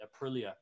Aprilia